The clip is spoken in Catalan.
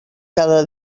cada